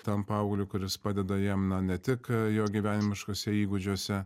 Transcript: tam paaugliui kuris padeda jam na ne tik jo gyvenimiškuose įgūdžiuose